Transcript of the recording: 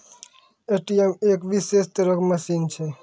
ATM एक विशेष तरहो के मशीन छै